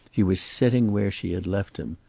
he was sitting where she had left him.